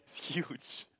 huge